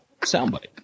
Soundbite